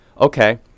Okay